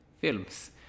films